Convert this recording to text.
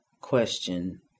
question